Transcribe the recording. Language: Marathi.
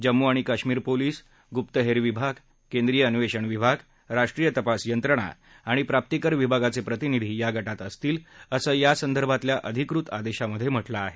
जम्मू आणि काश्मीर पोलीस गुप्तहेर विभाग केंद्रीय अन्वेषण विभाग राष्ट्रीय तपास यंत्रणा आणि प्राप्तीकर विभागाचे प्रतिनिधी या गात असतील असं या संदर्भातल्या अधिकृत आदेशामध्ये म्हाके आहे